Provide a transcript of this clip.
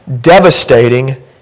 devastating